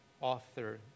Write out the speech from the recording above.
author